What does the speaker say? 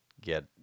get